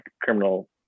criminal